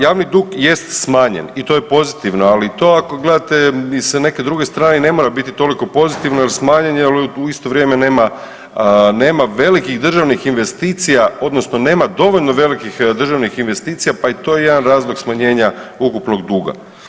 Javni dug jest smanjen i to je pozitivno, ali to ako gledate i sa neke druge strane i ne mora biti toliko pozitivno jer smanjen je, al u isto vrijeme nema, nema velikih državnih investicija odnosno nema dovoljno velikih državnih investicija, pa je i to jedan razlog smanjenja ukupnog duga.